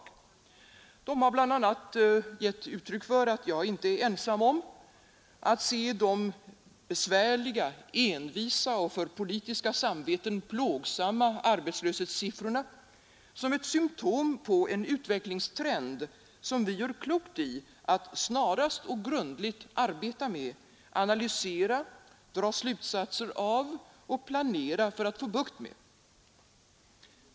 De anförandena har bl.a. givit uttryck för att jag inte är ensam om att se de besvärliga, envisa och för politiska samveten plågsamma arbetslöshetssiffrorna som ett symtom på en utvecklingstrend som vi gör klokt i att snarast och grundligt arbeta med, analysera, dra slutsatser av och planera för att få bukt med.